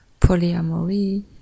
polyamory